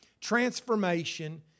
transformation